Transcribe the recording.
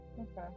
Okay